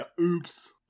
Oops